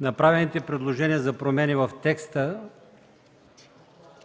Направените предложения за промени в текста